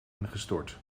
ingestort